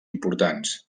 importants